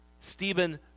Stephen